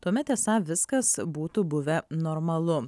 tuomet esą viskas būtų buvę normalu